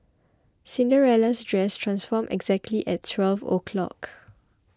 Cinderella's dress transformed exactly at twelve o'clock